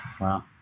Wow